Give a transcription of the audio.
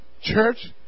Church